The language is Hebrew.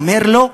אומר לו: